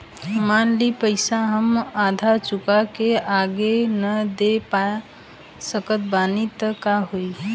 मान ली पईसा हम आधा चुका के आगे न दे पा सकत बानी त का होई?